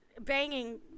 banging